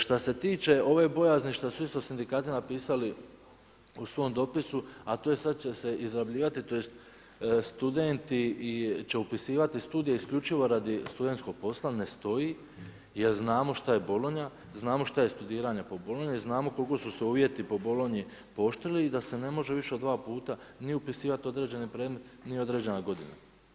Što se tiče ove bojazni što su isto sindikati napisali u svom dopisu, a to je da će se izrabljivati, tj. studenti će upisivati studije isključivo radi stud.posla ne stoji jer znamo što je Bolonja, znamo što je studiranje po Bolonji, znamo koliko su se uvjeti po Bolonji pooštrili i da se ne može više od dva puta ni upisivat određene predmete, ni određena godina.